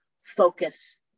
focus